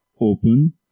open